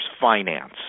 finance